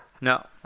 no